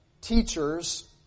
teachers